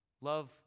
Love